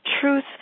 truth